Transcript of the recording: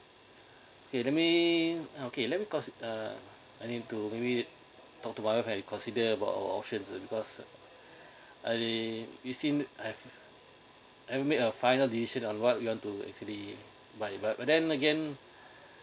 okay let me oh okay let me cause uh I need to maybe talk to whatever you consider about our options because I we seen I've I made a final decision on what we want to actually buy it but then again